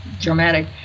dramatic